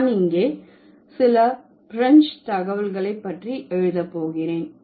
நான் இங்கே சில பிரஞ்சு தகவல்களை பற்றி எழுத போகிறேன்